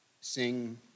sing